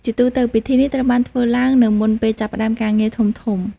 ជាទូទៅ ពិធីនេះត្រូវបានធ្វើឡើងនៅមុនពេលចាប់ផ្តើមការងារធំៗ។